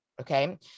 Okay